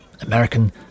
American